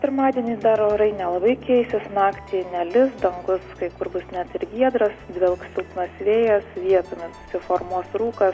pirmadienį dar orai nelabai keisis naktį nelis dangus kai kur bus net ir giedras dvelks silpnas vėjas vietomis susiformuos rūkas